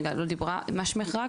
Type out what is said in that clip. היי נועה.